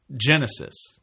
Genesis